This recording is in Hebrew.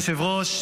אדוני היושב-ראש,